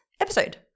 episode